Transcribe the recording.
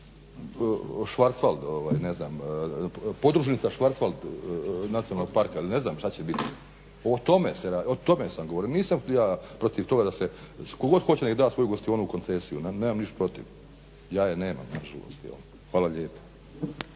švarcvald ne znam, podružnica švarcvald nacionalnog parka, ili ne znam šta će biti, o tome se radi, o tome sam govorio, nisam ja protiv toga da se, tko god hoće nek da svoju gostionu u koncesiju, nemam ništa protiv, ja je nemam na žalost jel. Hvala lijepa.